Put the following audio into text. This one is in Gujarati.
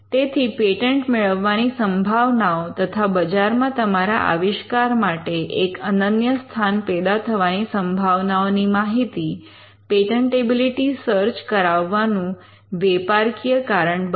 તેથી પેટન્ટ મેળવવાની સંભાવનાઓતથા બજારમાં તમારા આવિષ્કાર માટે એક અનન્ય સ્થાન પેદા થવાની સંભાવનાઓની માહિતી પેટન્ટેબિલિટી સર્ચ કરાવવા નું વેપારકીય કારણ બને